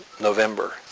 November